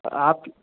आप